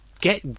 get